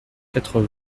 quatre